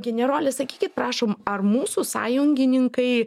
generole sakykit prašom ar mūsų sąjungininkai